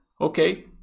Okay